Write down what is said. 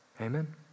amen